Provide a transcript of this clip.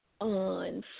on